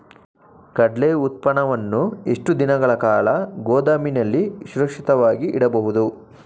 ಕಡ್ಲೆ ಉತ್ಪನ್ನವನ್ನು ಎಷ್ಟು ದಿನಗಳ ಕಾಲ ಗೋದಾಮಿನಲ್ಲಿ ಸುರಕ್ಷಿತವಾಗಿ ಇಡಬಹುದು?